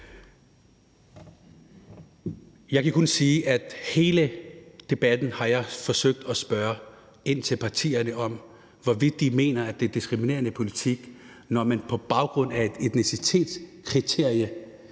Jeg kan kun sige, at under hele debatten har jeg forsøgt at spørge partierne om, hvorvidt de mener, det er en diskriminerende politik, når man på baggrund af et etnicitetskriterie